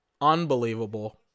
Unbelievable